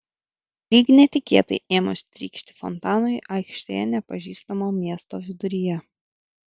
lyg netikėtai ėmus trykšti fontanui aikštėje nepažįstamo miesto viduryje